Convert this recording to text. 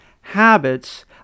habits